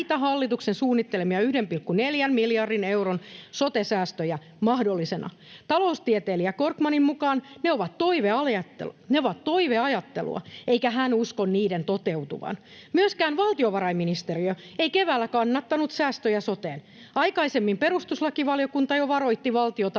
suunnittelemia 1,4 miljardin euron sote-säästöjä mahdollisina. Taloustieteilijä Korkmanin mukaan ne ovat toiveajattelua, eikä hän usko niiden toteutuvan. Myöskään valtiovarainministeriö ei keväällä kannattanut säästöjä soteen. Aikaisemmin perustuslakivaliokunta jo varoitti valtiota